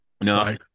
No